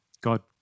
god